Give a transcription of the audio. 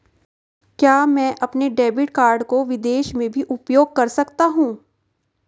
क्या मैं अपने डेबिट कार्ड को विदेश में भी उपयोग कर सकता हूं?